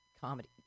comedy